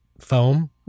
foam